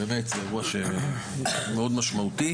באמת זה אירוע שמאוד משמעותי.